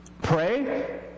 Pray